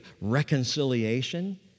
reconciliation